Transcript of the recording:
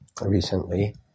recently